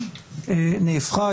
נהפכה.